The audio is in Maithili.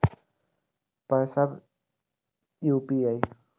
पैसा यू.पी.आई?